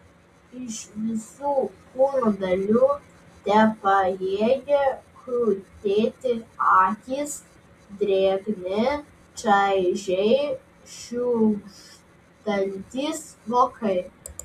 iš visų kūno dalių tepajėgė krutėti akys drėgni čaižiai šiugždantys vokai